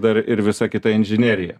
dar ir visa kita inžinerija